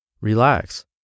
relax